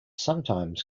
sometimes